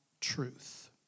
truth